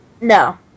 No